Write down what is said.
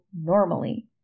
normally